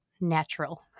natural